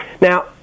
Now